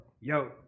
Yo